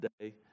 today